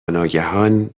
ناگهان